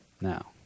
now